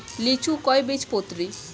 লিচু কয় বীজপত্রী?